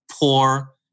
poor